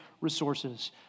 resources